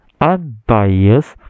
unbiased